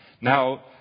Now